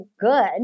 good